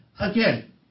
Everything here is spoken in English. Again